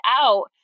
out